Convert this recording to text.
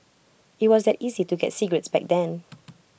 IT was that easy to get cigarettes back then